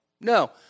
No